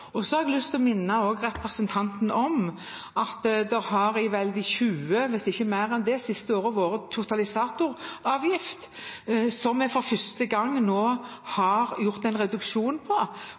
har også lyst til å minne representanten om at det har vel i de tjue siste årene, om ikke mer enn det, har vært en totalisatoravgift, som vi nå for første gang har foretatt en reduksjon